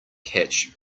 catch